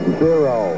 zero